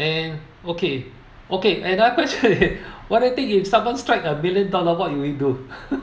and okay okay another question is what you think if you sudden strike a million dollar what will you do